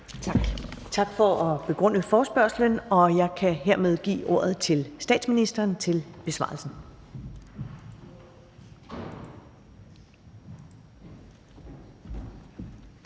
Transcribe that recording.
Tak for at begrunde forespørgslen. Jeg kan hermed give ordet til statsministeren for besvarelsen.